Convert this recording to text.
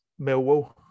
Millwall